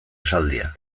esaldia